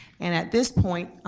and, at this point,